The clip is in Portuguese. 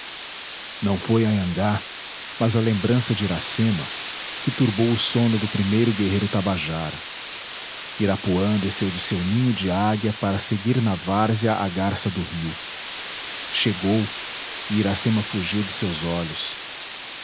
não foi anhangá mas a lembrança de iracema que turbou o sono do primeiro guerreiro tabajara irapuã desceu de seu ninho de águia para seguir na várzea a garça do rio chegou e iracema fugiu de seus olhos